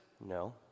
No